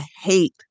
hate